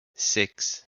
six